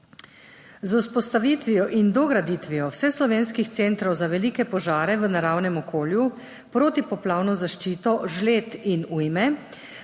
Z vzpostavitvijo in dograditvijo vseslovenskih centrov za velike požare v naravnem okolju, protipoplavno zaščito, žled in ujme